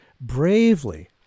bravely